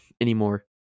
anymore